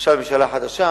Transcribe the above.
עכשיו יש ממשלה חדשה,